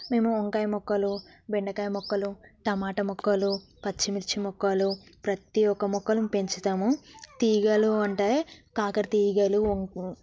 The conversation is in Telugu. మేము వంకాయ మొక్కలు బెండకాయ మొక్కలు టమాట మొక్కలు పచ్చిమిర్చి మొక్కలు ప్రతి ఒక మొక్కను పెంచుతాము తీగలు ఉంటాయి కాకర తీగలు